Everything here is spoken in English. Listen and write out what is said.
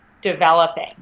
developing